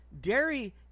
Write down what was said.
dairy